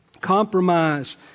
compromise